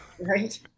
right